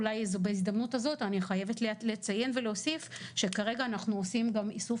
בהזדמנות הזאת אני חייבת לציין ולהוסיף שכרגע אנחנו עושים גם איסוף